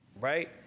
right